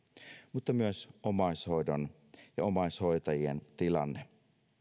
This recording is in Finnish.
mutta myös omaishoidon ja omaishoitajien tilanne